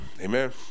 Amen